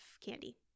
candy